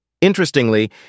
Interestingly